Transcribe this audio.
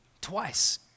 twice